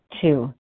Two